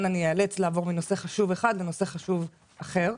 אני איאלץ לעבור מנושא חשוב אחד לנושא חשוב אחר.